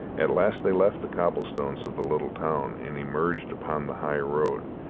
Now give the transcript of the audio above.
at last they left the cobble-stones of the little town and emerged upon the high road,